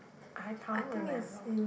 I can't remember